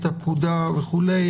את הפקודה וכולי.